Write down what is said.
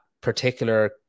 particular